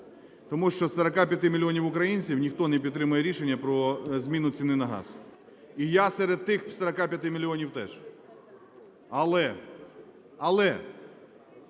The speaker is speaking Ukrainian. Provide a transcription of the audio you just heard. Тому що з 45 мільйонів українців ніхто не підтримує рішення про зміну ціни на газ, і я серед тих 45 мільйонів теж. Але, для